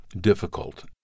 difficult